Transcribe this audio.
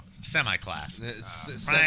Semi-class